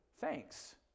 thanks